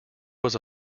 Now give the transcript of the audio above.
was